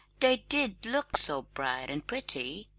they did look so bright and pretty!